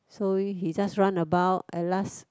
so he just run about at last